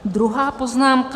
Druhá poznámka.